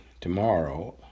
tomorrow